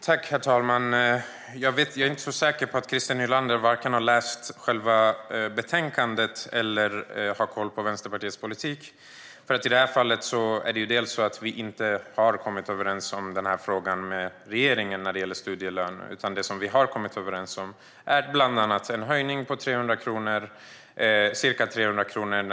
Herr talman! Jag är inte så säker på att Christer Nylander har läst själva betänkandet eller att han har koll på Vänsterpartiets politik. Vi har nämligen inte kommit överens med regeringen när det gäller studielön. Det som vi har kommit överens om är bland annat en höjning av studiemedlens bidragsdel på ca 300 kronor.